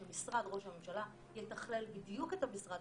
שמשרד ראש הממשלה יתכלל בדיוק את המשרד